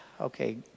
okay